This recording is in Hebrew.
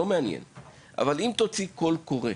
אבל אם תוציא ׳קול קורא׳,